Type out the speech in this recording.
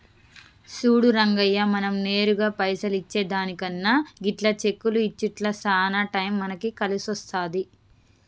సూడు రంగయ్య మనం నేరుగా పైసలు ఇచ్చే దానికన్నా గిట్ల చెక్కులు ఇచ్చుట్ల సాన టైం మనకి కలిసొస్తాది